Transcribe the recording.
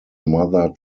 mother